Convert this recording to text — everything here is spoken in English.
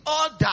order